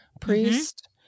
priest